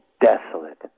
desolate